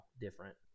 different